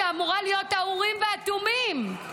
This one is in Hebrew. שאמורה להיות האורים והתומים,